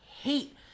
hate